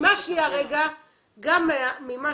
גם ממה